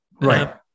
right